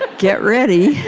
ah get ready